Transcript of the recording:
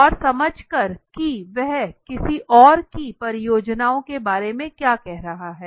और समझ कर कि वह किसी और की परियोजनाओं के बारे में क्या कह रहा है